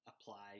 apply